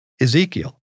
Ezekiel